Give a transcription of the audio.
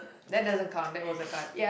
that doesn't count that was the card